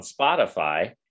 spotify